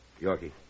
Yorkie